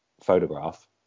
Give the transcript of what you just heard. photograph